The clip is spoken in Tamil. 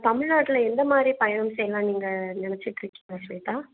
தமிழ்நாட்டில் எந்த மாதிரி பயணம் செய்யலாம் நீங்கள் நினச்சிட்ருக்கீங்க ஷ்வேதா